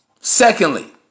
Secondly